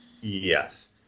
yes